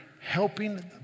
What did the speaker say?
helping